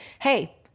Hey